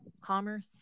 commerce